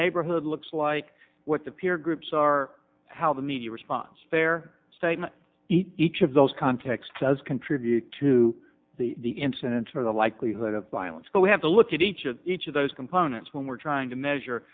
neighborhood looks like what the peer groups are how the media response fair statement each of those contexts does contribute to the incidents or the likelihood of violence but we have to look at each of each of those components when we're trying to measure